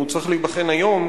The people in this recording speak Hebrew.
הוא צריך להיבחן היום,